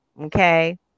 Okay